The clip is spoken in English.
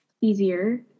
easier